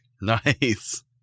Nice